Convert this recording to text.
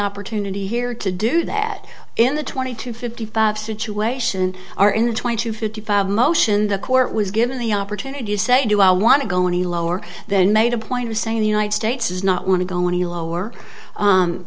opportunity here to do that in the twenty to fifty five situation are in the twenty to fifty five motion the court was given the opportunity to say do i want to go any lower than made a point of saying the united states does not want to go any lower